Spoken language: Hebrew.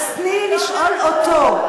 אז תני לי לשאול אותו.